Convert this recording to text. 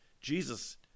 Jesus